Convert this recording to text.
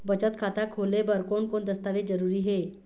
बचत खाता खोले बर कोन कोन दस्तावेज जरूरी हे?